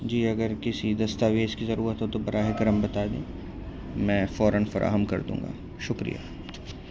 جی اگر کسی دستاویز کی ضرورت ہو تو براہ کرم بتا دیں میں فوراً فراہم کر دوں گا شکریہ